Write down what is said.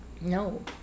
No